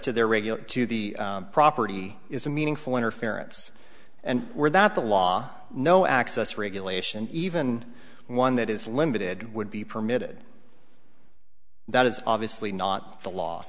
to their radio to the property is a meaningful interference and were that the law no access regulation even one that is limited would be permitted that is obviously not the law